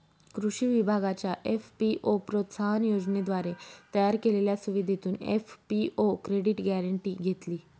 कृषी विभागाच्या एफ.पी.ओ प्रोत्साहन योजनेद्वारे तयार केलेल्या सुविधेतून एफ.पी.ओ क्रेडिट गॅरेंटी घेतली